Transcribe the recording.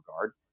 regard